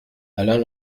alain